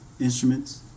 instruments